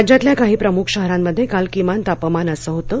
राज्यातल्या काही प्रमुख शहरांमध्ये काल किमान तापमान असं होतं